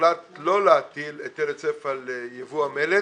הוחלט לא להטיל היטל היצף על יבוא המלט.